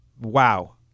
Wow